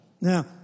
Now